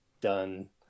done